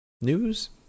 news